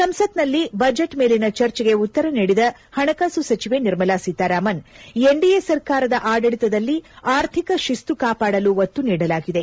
ಸಂಸತ್ನಲ್ಲಿ ಬಜೆಟ್ ಮೇಲಿನ ಚರ್ಜೆಗೆ ಉತ್ತರ ನೀಡಿದ ಪಣಕಾಸು ಸಚಿವೆ ನಿರ್ಮಲಾ ಸೀತಾರಾಮನ್ ಎನ್ಡಿಎ ಸರ್ಕಾರದ ಆಡಳಿತದಲ್ಲಿ ಆರ್ಥಿಕ ಶಿಸ್ತು ಕಾಪಾಡಲು ಒತ್ತು ನೀಡಲಾಗಿದೆ